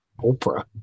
Oprah